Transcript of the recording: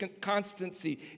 constancy